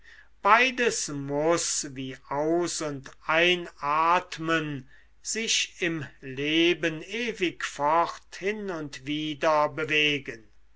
beides muß wie aus und einatmen sich im leben ewig fort hin und wider bewegen